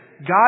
God